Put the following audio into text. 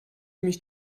mich